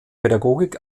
pädagogik